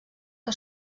que